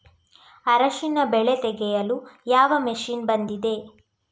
ಅರಿಶಿನ ಬೆಳೆ ತೆಗೆಯಲು ಯಾವ ಮಷೀನ್ ಬಂದಿದೆ?